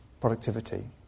productivity